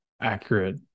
accurate